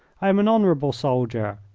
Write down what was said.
i am an honourable soldier,